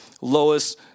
Lois